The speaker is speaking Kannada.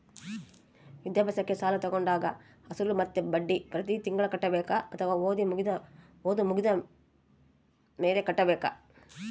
ವಿದ್ಯಾಭ್ಯಾಸಕ್ಕೆ ಸಾಲ ತೋಗೊಂಡಾಗ ಅಸಲು ಮತ್ತೆ ಬಡ್ಡಿ ಪ್ರತಿ ತಿಂಗಳು ಕಟ್ಟಬೇಕಾ ಅಥವಾ ಓದು ಮುಗಿದ ಮೇಲೆ ಕಟ್ಟಬೇಕಾ?